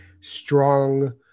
strong